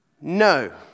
No